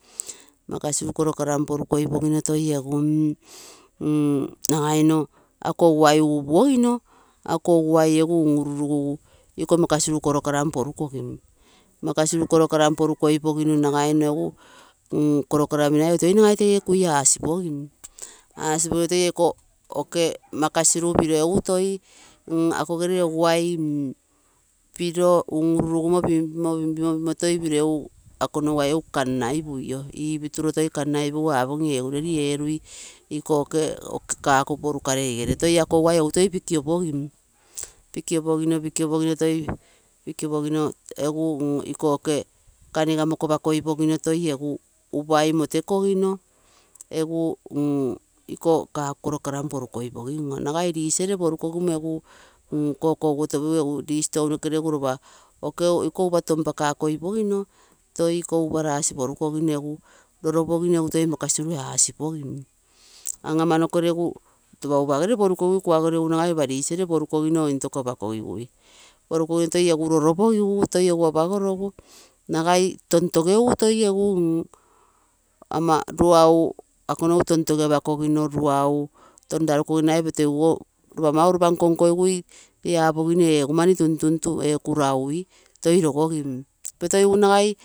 Makasiru koro karami porukoipogino toi egu mm nagaimo, ako oguai upuogino, ako oguai egu un-ururugugu. Iko makasiru koro karami porukogi, nagai egu koro karamigirai ogo egu toi nagai teege kui asipogim, asipogigu iko makasiru piro egu toi, akogere oguai. Piro un-ururugumo piro, mm, toi egu ako nogu oguai egu kannaipuio, ipituro toi kannaipugu apogim ee egu redi erui kaku porukarei ere. Toi ako oguai egu toi pikiopogim, pikiopogino, pikiopogino, toi, egu iko kaniga mokopakoipogino toi egu upai motekogino, egu kiko kaku koro karami porukoipogim, nagai dish ere porukogimo egu kokoguotopogigui. Dish tounoke regu ropa iko upa tonpakakoi pogino, to ikou upa rasi porukogimo roropogino egu toi makasirue asipogim, am, amanoko regu ropa upagere porukogigui kuago regu ropa dish ere poru kogigui. Intoko apakogigui, porukogino toi egu roropogino, toi egu apagorogu nagai tontogeugu toi egu ama ruau, ako nogu tontoge apakagino ruau, ton rarukogino nagai, lopu mauropa nko, nkogigui, apogino ee egu mani tuntuntu ee kuraui toi rogogim, petogigu nagai ama.